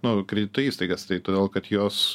nu kredito įstaigas tai todėl kad jos